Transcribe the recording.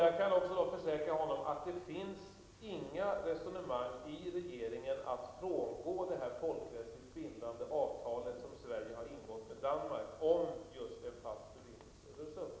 Jag kan också försäkra honom att det inte finns några resonemang i regeringen om att frångå det folkrättsligt bindande avtal som Sverige har ingått med Danmark om just en fast förbindelse över